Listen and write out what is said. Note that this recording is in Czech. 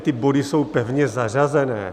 Ty body jsou pevně zařazené.